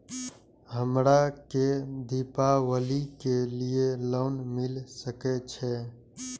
हमरा के दीपावली के लीऐ लोन मिल सके छे?